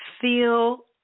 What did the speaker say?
feel